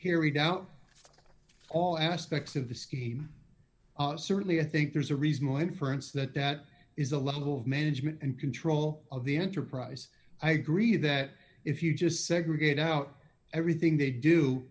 here read out all aspects of the scheme certainly i think there's a reasonable inference that that is a level of management and control of the enterprise i agree that if you just segregate out everything they do